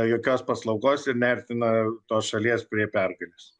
jokios paslaugos ir neartina tos šalies prie pergalės